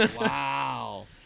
Wow